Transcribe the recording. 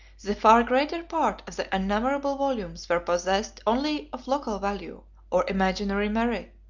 the far greater part of the innumerable volumes were possessed only of local value or imaginary merit.